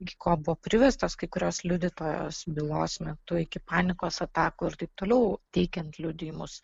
iki ko buvo priverstos kai kurios liudytojos bylos metu iki panikos atakų ir taip toliau teikiant liudijimus